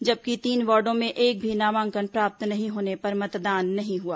जबकि तीन वार्डों में एक भी नामांकन प्राप्त नहीं होने पर मतदान नहीं हुआ